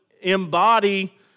embody